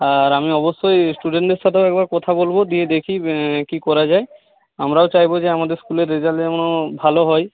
আর আমি অবশ্যই স্টুডেন্টদের সাথেও একবার কথা বলবো দিয়ে দেখি কী করা যায় আমরাও চাইবো যে আমাদের স্কুলের রেজাল্ট যেন ভালো হয়